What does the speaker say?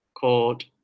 called